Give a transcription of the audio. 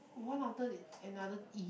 one after the and another E